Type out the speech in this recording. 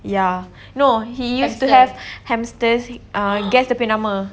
ya no he used to have hamsters ah guess dia punya nama